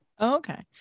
Okay